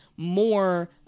More